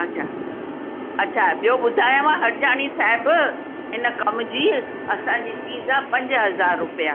अच्छा अच्छा ॿियो ॿुधायांव हरजाणी साहिब हिन कमु जी असांजी फ़ीस आहे पंज हज़ार रुपया